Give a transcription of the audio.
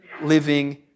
living